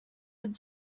had